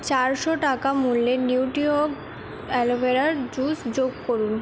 চারশো টাকা মূল্যের নিউট্রিঅগ অ্যালোভেরার জুস যোগ করুন